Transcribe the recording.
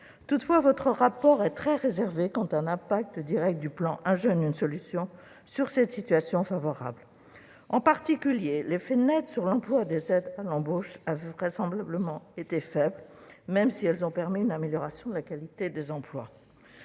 Toutefois, votre rapport est très réservé quant à l'impact direct du plan « 1 jeune, 1 solution » sur cette situation favorable. En particulier, l'effet net sur l'emploi des aides à l'embauche a vraisemblablement été faible, même si celles-ci ont permis une amélioration de la qualité des emplois.